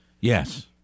Yes